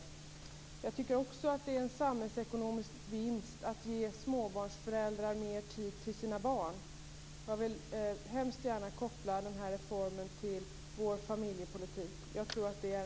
Jag tycker också att det är en samhällsekonomisk vinst att ge småbarnsföräldrar mer tid till sina barn. Jag vill hemskt gärna koppla den här reformen till vår familjepolitik.